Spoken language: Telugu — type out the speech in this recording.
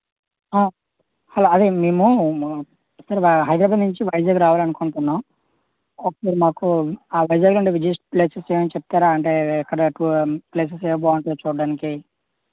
హలో అదే మేము ఇక్కడ హైదరాబాద్ నుంచి వైజాగ్ రావాలనుకుంటున్నాం అప్పుడు మాకు ఆ వైజాగ్లో ఉండే విజిట్ ప్లేసెస్ ఏమయినా చెప్తారా అంటే ఎక్కడకు ప్లేసెస్ ఏవి బాగుంటాయో చూడడానికి